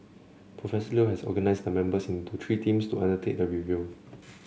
Professor Leo has organised the members into three teams to undertake the review